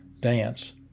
dance